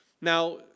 Now